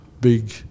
big